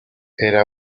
era